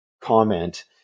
comment